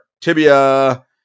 tibia